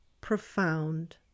profound